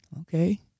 okay